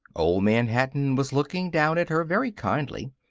old man hatton was looking down at her very kindly.